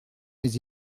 mais